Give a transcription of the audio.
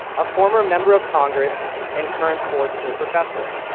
a former member of congress and current ford school professor.